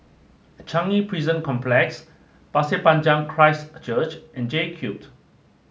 Changi Prison Complex Pasir Panjang Christ Church and J Cute